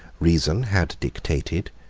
reason had dictated,